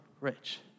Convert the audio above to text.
rich